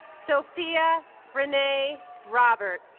sophia renee robert